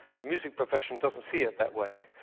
the music profession doesn't see it that way.